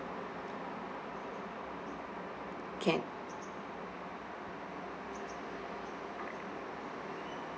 can